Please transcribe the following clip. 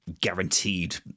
guaranteed